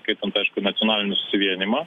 įskaitant aišku nacionalinį susivienijimą